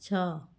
ଛଅ